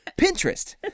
Pinterest